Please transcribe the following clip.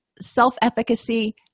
self-efficacy